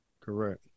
Correct